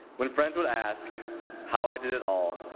when friends would ask how i did it all,